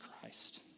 Christ